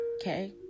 Okay